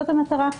זאת המטרה.